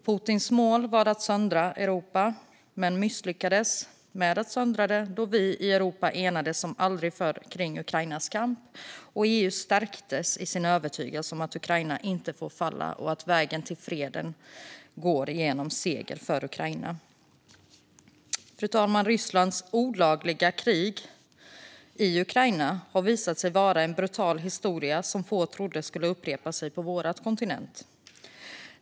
Putins mål var att söndra Europa, men det misslyckades då vi i Europa enades som aldrig förr kring Ukrainas kamp. EU stärktes i sin övertygelse om att Ukraina inte får falla och att vägen till freden går genom seger för Ukraina. Fru talman! Rysslands olagliga krig i Ukraina har visat sig vara en brutal historia som få trodde skulle upprepa sig på vår kontinent.